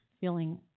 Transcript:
feeling